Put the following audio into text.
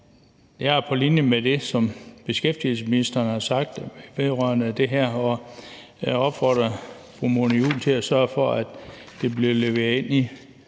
Jeg har på linje med det, som beskæftigelsesministeren sagde vedrørende det her, opfordret fru Mona Juul til at sørge for, at det bliver indleveret til